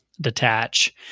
detach